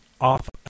off